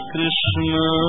Krishna